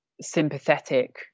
sympathetic